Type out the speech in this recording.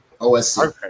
OSC